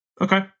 Okay